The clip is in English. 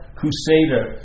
crusader